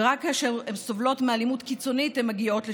ורק כאשר הן סובלות מאלימות קיצונית הן מגיעות לשם.